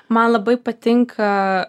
man labai patinka